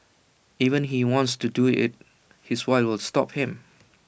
even he wants to do IT his wife will stop him